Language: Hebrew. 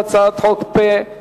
בסדר-היום: הצעת חוק פ/1319,